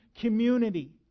community